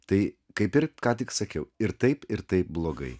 tai kaip ir ką tik sakiau ir taip ir taip blogai